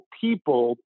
people